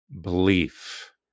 belief